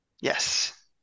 Yes